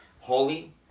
holy